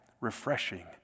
refreshing